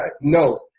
No